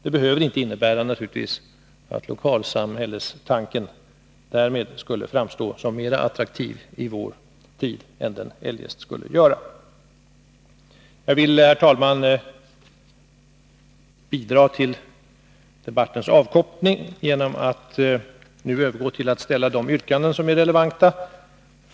Det behöver naturligtvis inte innebära att lokalsamhällestanken därmed skulle framstå som mera attraktiv i vår tid än den eljest skulle göra. Jag vill, herr talman, bidra till debattens avkortning genom att nu övergå till att framställa de yrkanden som är relevanta.